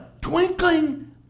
twinkling